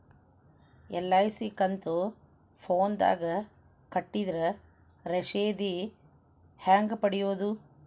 LIC ಕಂತು ಫೋನದಾಗ ಕಟ್ಟಿದ್ರ ರಶೇದಿ ಹೆಂಗ್ ಪಡೆಯೋದು?